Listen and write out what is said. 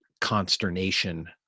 consternation